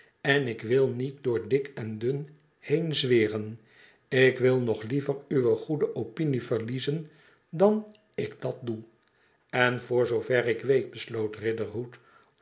en ik wil niet door dik en dun heen zweren ik wil nog liever uwe goede opinie verliezen dan ik dat doe n voor zoover ik weet